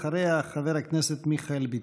אחריה, חבר הכנסת מיכאל ביטון.